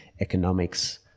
economics